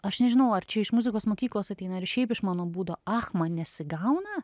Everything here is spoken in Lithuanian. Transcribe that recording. aš nežinau ar čia iš muzikos mokyklos ateina ar iš šiaip iš mano būdo ach man nesigauna